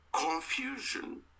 confusion